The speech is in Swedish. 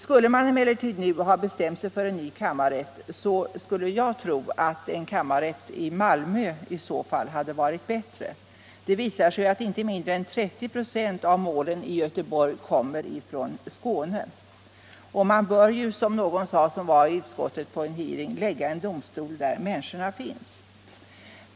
Skulle man nu bestämma sig för en ny kammarrätt, tror jag att det vore bättre att förlägga den till Malmö. Inte mindre än 30 96 av målen i Göteborg kommer från Skåne. Och man bör ju, som någon som var med på en hearing i utskottet sade, lägga en domstol där människorna finns.